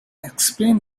explain